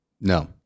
No